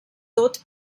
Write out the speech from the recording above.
tot